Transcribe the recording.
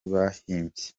bahimbye